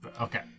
Okay